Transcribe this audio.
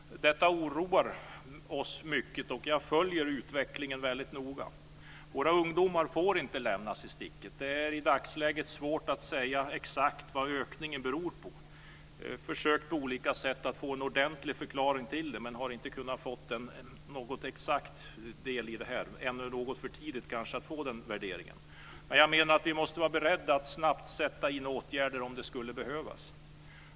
Detta oroar oss mycket, och jag följer utvecklingen väldigt noga. Våra ungdomar får inte lämnas i sticket. Det är i dagsläget svårt att säga exakt vad ökningen beror på. Vi har på olika sätt försökt att få en ordentlig förklaring till det, men vi har inte fått något exakt svar. Det är kanske ännu något för tidigt att göra den värderingen. Jag menar att vi måste vara beredda att snabbt sätta in åtgärder om det skulle behövas.